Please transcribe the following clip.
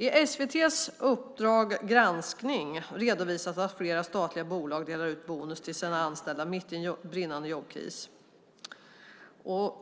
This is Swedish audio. I SVT:s Uppdrag granskning redovisades att flera statliga bolag delar ut bonus till sina anställda mitt under en brinnande jobbkris,